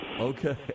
Okay